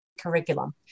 curriculum